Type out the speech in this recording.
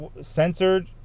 censored